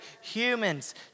humans